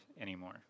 anymore